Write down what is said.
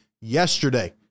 yesterday